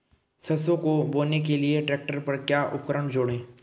सरसों को बोने के लिये ट्रैक्टर पर क्या उपकरण जोड़ें?